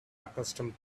accustomed